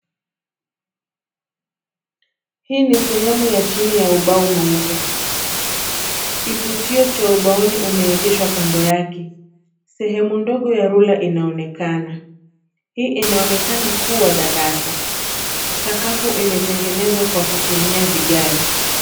Hii ni sehemu ya chini ya ubao mweupe. Kifutio cha ubaoni kimeegeshwa kando yake. Sehemu ndogo ya rula inaonekana . Hii inaonekana kuwa darasa. Sakafu imetengenezwa kwa kutumia vigae.